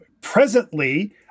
Presently